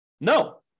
No